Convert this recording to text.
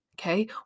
Okay